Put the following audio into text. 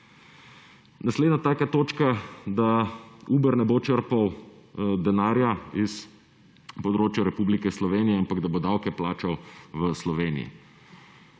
Naslednja taka točka, da Uber ne bo črpal denarja iz področja Republike Slovenije, ampak da bo davke plačal v Slovenij.